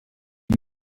die